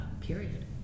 period